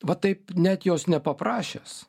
va taip net jos nepaprašęs